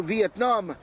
Vietnam